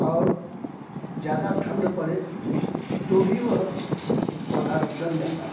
और ज़्यादा ठंड पड़े तो भी वह पौधा गल जाता है